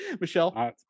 Michelle